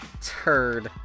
Turd